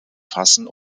fassen